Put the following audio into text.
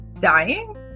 dying